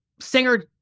Singer